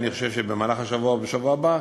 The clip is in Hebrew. אני חושב שבמהלך השבוע או בשבוע הבא,